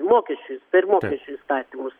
mokesčius per mokesčių įstatymus